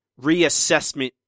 reassessment